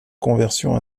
conversion